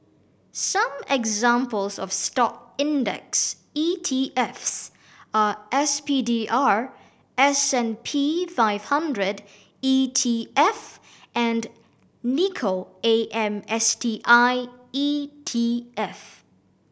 some examples of Stock index E T Fs are S P D R S and P five hundred E T F and Nikko A M S T I E T F